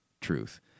truth